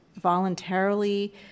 voluntarily